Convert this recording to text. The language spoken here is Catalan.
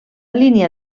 línia